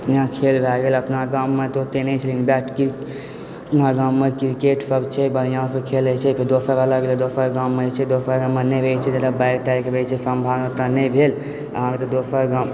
जेना खेल भए गेल अपना गाममे तऽ ओतेक नहि छैक लेकिन अपना गाममे क्रिकेट सब छै बढ़िआँसँ खेलै छै दोसर अलग अलग दोसर गाममे जे छै दोसर रङ्गमे नहि रहै छै बाढ़ि ताढ़िके रहै छै सम्भावना ओतय नहि भेल अहाँके दोसर गाम